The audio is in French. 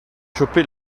chopé